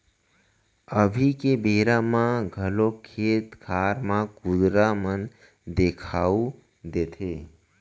अभी के बेरा म घलौ खेत खार म कुंदरा मन देखाउ देथे